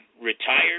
retired